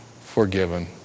forgiven